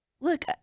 Look